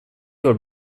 går